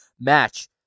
match